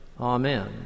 amen